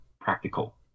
practical